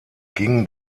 ging